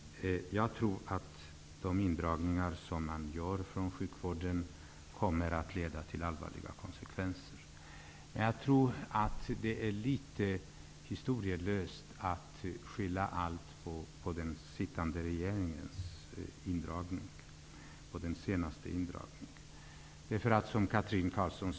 Jag tror att de indragningar som görs från sjukvården kommer att leda till allvarliga konsekvenser. Det är litet historielöst att skylla allt på den senaste indragningen gjord av den sittande regeringen.